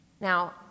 Now